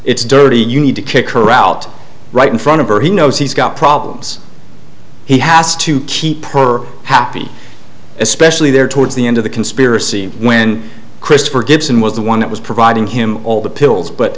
it's dirty you need to kick her out right in front of her he knows he's got problems he has to keep her happy especially there towards the end of the conspiracy when christopher gibson was the one that was providing him all the pills but